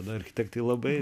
jaunai tada architektei labai